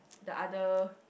the other